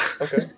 Okay